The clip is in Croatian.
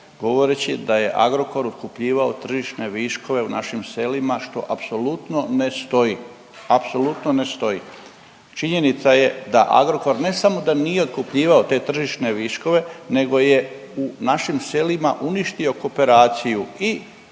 govoreći da je Agrokor otkupljivao tržišne viškove u našim selima, što apsolutno ne stoji. Apsolutno ne stoji. Činjenica da Agrokor ne samo da nije otkupljivao te tržišne viškove, nego je u našim selima uništio kooperaciju i